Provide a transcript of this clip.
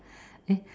eh